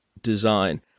design